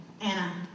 Anna